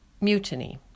mutiny